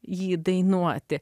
jį dainuoti